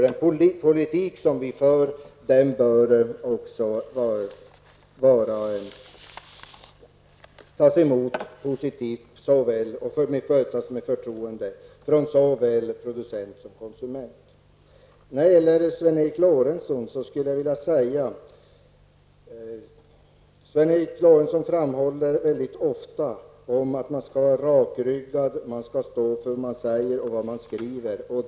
Den politik som vi skall föra bör också kunna tas emot positivt och mötas med förtroende från såväl producenter som konsumenter. Sven Eric Lorentzon framhåller ofta att man skall vara rakryggad och stå för vad man säger och skriver.